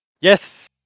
Yes